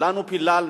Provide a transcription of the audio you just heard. כולנו פיללנו,